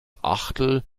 achtel